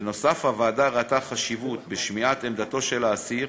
בנוסף, הוועדה ראתה חשיבות בשמיעת עמדתו של האסיר